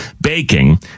baking